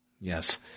Yes